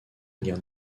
guerre